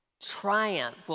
triumph